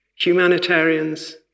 humanitarians